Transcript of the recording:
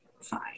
fine